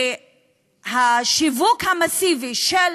שהשיווק המסיבי של